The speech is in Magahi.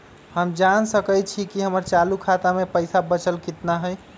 हम जान सकई छी कि हमर चालू खाता में पइसा बचल कितना हई